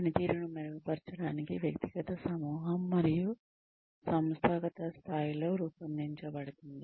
పనితీరును మెరుగుపరచడానికి వ్యక్తిగత సమూహం మరియు లేదా సంస్థాగత స్థాయిలో రూపొందించబడింది